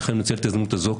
לכן אני מנצל את ההזדמנות הזאת,